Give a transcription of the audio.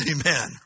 Amen